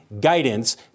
guidance